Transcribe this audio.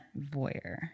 voyeur